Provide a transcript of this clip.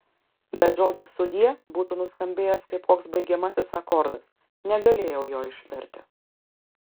bet žodis sudie būtų nuskambėjęs kaip koks baigiamasis akordas negalėjau jo ištarti